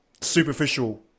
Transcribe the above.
superficial